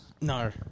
No